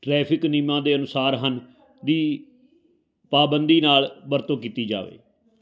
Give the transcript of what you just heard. traffic ਨਿਯਮਾਂ ਦੇ ਅਨੁਸਾਰ ਹਨ ਵੀ ਪਾਬੰਦੀ ਨਾਲ ਵਰਤੋਂ ਕੀਤੀ ਜਾਵੇ